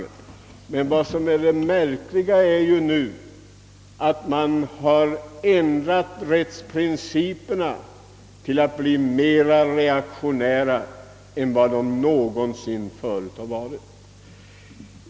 Det märkliga som skett nu är emellertid att man har ändrat rättsprinciperna till att bli mer reaktionära än de någonsin har varit.